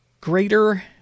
greater